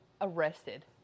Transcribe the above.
arrested